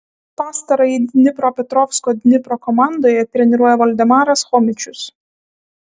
pastarąjį dnipropetrovsko dnipro komandoje treniruoja valdemaras chomičius